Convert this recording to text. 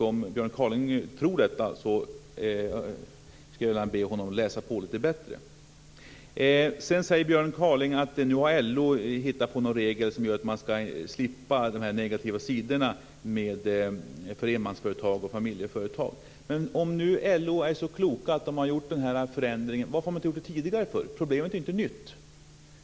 Om Björn Kaaling tror det ber jag honom att läsa på lite bättre. Björn Kaaling säger nu att LO har hittat på en regel som gör att man slipper de negativa sidorna för enmansföretag och familjeföretag. Men om man nu inom LO är så klok att man har gjort den här förändringen, varför har den då inte gjorts tidigare? Problemet är ju inte nytt.